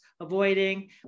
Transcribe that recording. avoiding